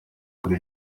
kuri